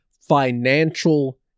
financial